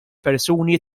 persuni